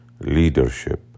leadership